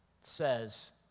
says